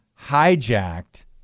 hijacked